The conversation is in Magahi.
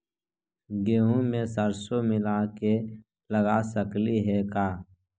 गेहूं मे सरसों मिला के लगा सकली हे का?